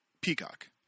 Peacock